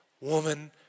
woman